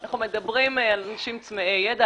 אנחנו מדברים על אנשים צמאי ידע,